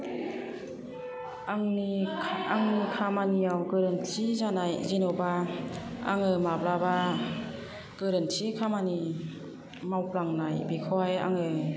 आंनि आंनि खामानियाव गोरोन्थि जानाय जेन'बा आङो माब्लाबा गोरोन्थि खामानि मावफ्लांनाय बेखौहाय आङो